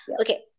Okay